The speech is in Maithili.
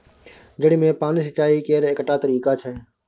जड़ि मे पानि सिचाई केर एकटा तरीका छै